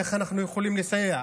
איך אנחנו יכולים לסייע?